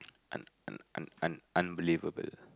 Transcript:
an an an unbelievable